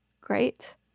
Great